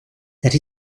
that